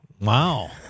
Wow